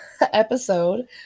episode